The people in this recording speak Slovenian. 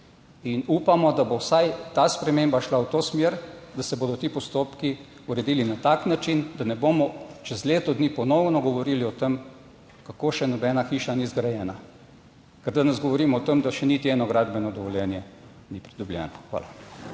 in upamo, da bo vsaj ta sprememba šla v to smer, da se bodo ti postopki uredili na tak način, da ne bomo čez leto dni ponovno govorili o tem, kako še nobena hiša ni zgrajena, ker danes govorimo o tem, da še niti eno gradbeno dovoljenje ni pridobljeno. Hvala.